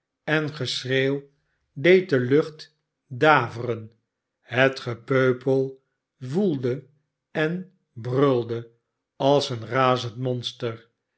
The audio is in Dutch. en geschreeuw deed de lucht daveren het gepeupel woelde en brulde als een razend monster